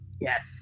Yes